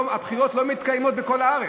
הבחירות לא מתקיימות בכל הארץ,